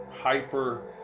hyper